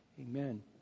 Amen